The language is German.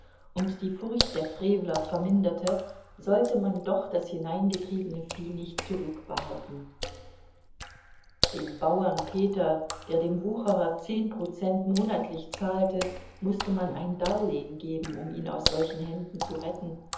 und die furcht der frevler verminderte sollte man doch das hineingetriebene vieh nicht zurückbehalten dem bauern peter der dem wucherer zehn prozent monatlich zahlte mußte man ein darlehen geben um ihn aus solchen händen zu retten